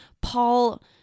Paul